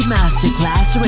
Masterclass